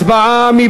הצבעה.